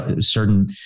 certain